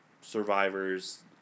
survivors